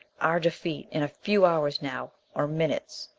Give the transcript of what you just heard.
our defeat. in a few hours now or minutes.